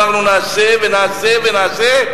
אנחנו נעשה ונעשה ונעשה.